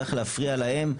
צריך להפריע להם,